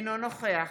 אינו נוכח